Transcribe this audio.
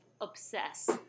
obsess